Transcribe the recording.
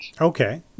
Okay